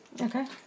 okay